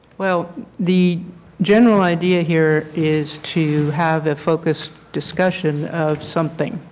well the general idea here is to have a focus discussion of something.